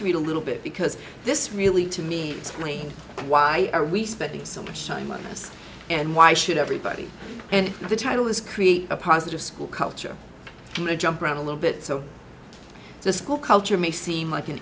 to read a little bit because this really to me explain why are we spending so much time on this and why should everybody and the title is create a positive school culture jump around a little bit so the school culture may seem like an